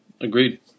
Agreed